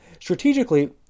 Strategically